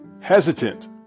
hesitant